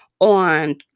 on